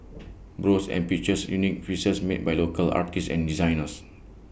browse and purchase unique pieces made by local artists and designers